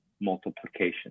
multiplication